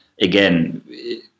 Again